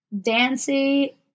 Dancy